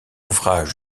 ouvrage